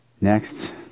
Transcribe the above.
Next